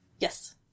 Yes